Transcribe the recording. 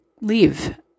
leave